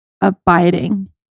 abiding